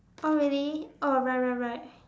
oh really oh right right right